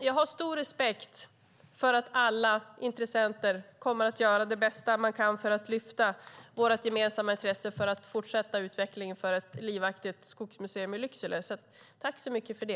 Jag har stor respekt för att alla intressenter kommer att göra det bästa de kan för att lyfta vårt gemensamma intresse för att fortsätta utvecklingen av ett livaktigt Skogsmuseum i Lycksele.